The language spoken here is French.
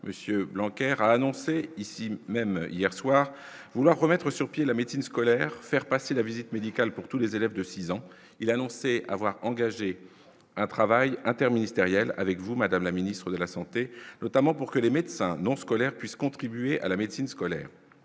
monsieur Blocher a annoncé ici même hier soir vouloir remettre sur pied la médecine scolaire, faire passer la visite médicale pour tous les élèves de 6 ans il a annoncé avoir engagé un travail interministériel avec vous, Madame la Ministre de la Santé, notamment pour que les médecins non scolaire puissent contribuer à la médecine scolaire